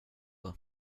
det